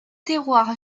terroir